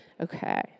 Okay